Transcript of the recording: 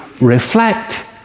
reflect